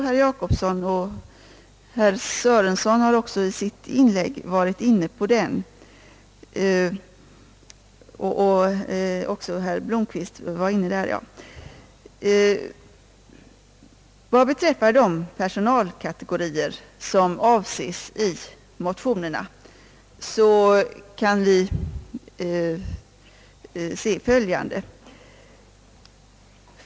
Herrar Jacobsson, Sörenson och Blomquist har också i sina inlägg varit inne på denna sak, Beträffande de personalkategorier som avses i motionerna kan vi fastställa följande.